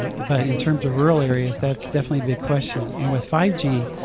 but in terms of rural areas, that's definitely be questioned. and with five g,